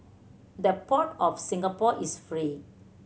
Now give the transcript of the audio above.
the port of Singapore is free